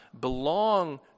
belong